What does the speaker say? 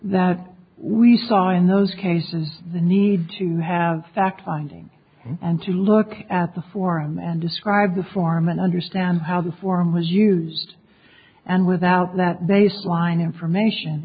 that we saw in those cases the need to have fact finding and to look at the forum and describe the form and understand how the form was used and without that they swine information